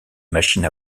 machines